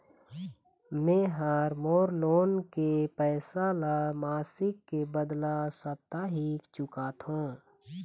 में ह मोर लोन के पैसा ला मासिक के बदला साप्ताहिक चुकाथों